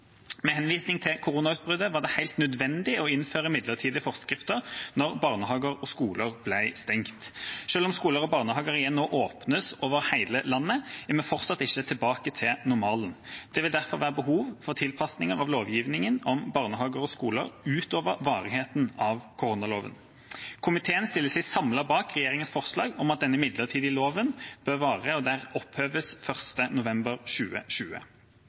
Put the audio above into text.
Med henvisning til koronautbruddet var det helt nødvendig å innføre midlertidige forskrifter når barnehager og skoler ble stengt. Selv om skoler og barnehager igjen nå åpnes over hele landet, er vi fortsatt ikke tilbake til normalen. Det vil derfor være behov for tilpasninger av lovgivningen om barnehager og skoler utover varigheten av koronaloven. Komiteen stiller seg samlet bak regjeringas forslag om at denne midlertidige loven bør vare og oppheves 1. november 2020.